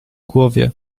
głowie